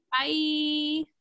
bye